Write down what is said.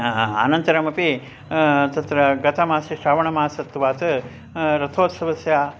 अनन्तरमपि तत्र गतमासे श्रावणमासत्वात् रथोत्सवस्य